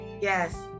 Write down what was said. Yes